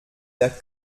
der